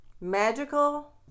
Magical